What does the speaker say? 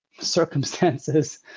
circumstances